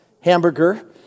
hamburger